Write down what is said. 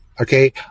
okay